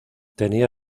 tenía